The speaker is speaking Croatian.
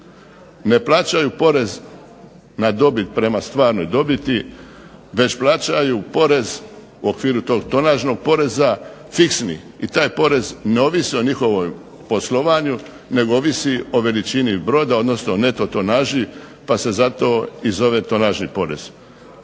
ne plaćaju porez na dobit prema stvarnoj dobiti već plaćaju porez u okviru tog tonažnog poreza fiksni i taj porez ne ovisi o njihovom poslovanju nego ovisi o veličini broda, neto tonaži pa se zato zove tonažni porez.